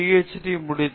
D முடித்தார்